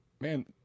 man